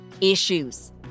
issues